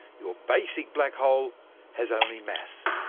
your basic black hole has only mass.